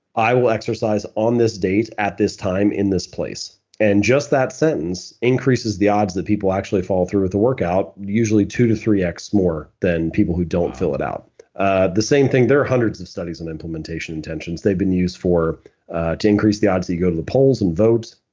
i will exercise on this date, at this time, in this place. and just that sentence increases the odds that people actually follow through with the workout usually two to three x more than people who don't fill it out ah the same thing, there are a hundred of studies in implementation intentions they've been used for to increase the odds that you go to the polls and vote,